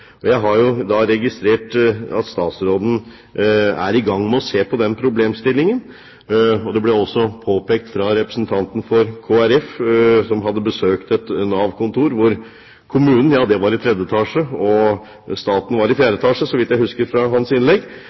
har. Jeg har registrert at statsråden er i gang med å se på den problemstillingen. Dette ble også påpekt av representanten for Kristelig Folkeparti, som hadde besøkt et Nav-kontor hvor kommunen var i tredje etasje og staten var i fjerde etasje – så vidt jeg husker fra hans innlegg.